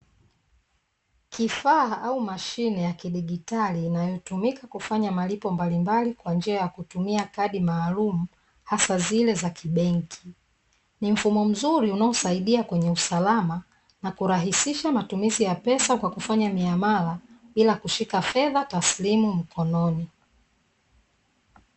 Kifaa au mashine ya kidigitali inayotumika kufanya malipo mbalimbali kwa njia ya kutumia kadi maalumu hasa zile za kibenki, ni mfumo mzuri unaosaidia kwenye usalama na kurahisisha matumizi ya pesa kwa kufanya mialamala bila kushika fedha taslimu mkononi.